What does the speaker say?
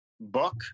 book